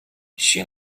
she